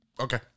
Okay